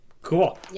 Cool